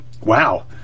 Wow